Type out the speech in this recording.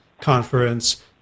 conference